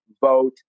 vote